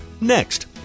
next